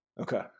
Okay